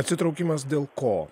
atsitraukimas dėl ko